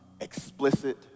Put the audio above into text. explicit